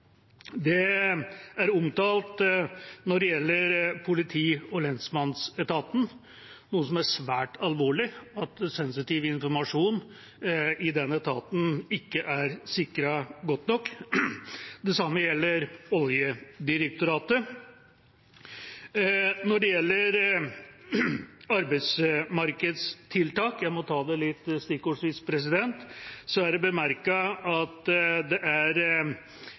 Det er omtalt når det gjelder politi- og lensmannsetaten. Det er svært alvorlig at sensitiv informasjon i den etaten ikke er sikret godt nok. Det samme gjelder Oljedirektoratet. Når det gjelder arbeidsmarkedstiltak – jeg må ta dette litt stikkordsvis – er det bemerket at det er